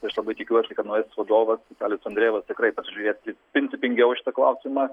tai aš labai tikiuosi kad naujasis vadovas vitalijus andrėjevas tikrai pasižiūrės į principingiau į šitą klausimą